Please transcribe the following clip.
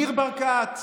ניר ברקת,